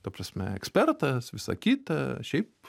ta prasme ekspertas visa kita šiaip